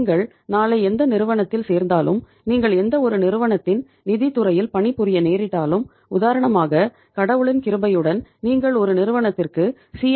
நீங்கள் நாளை எந்த நிறுவனத்தில் சேர்ந்தாலும் நீங்கள் எந்தவொரு நிறுவனத்தின் நிதித் துறையில் பணி புரிய நேரிட்டாலும் உதாரணமாக கடவுளின் கிருபையுடன் நீங்கள் ஒரு நிறுவனத்தின் சி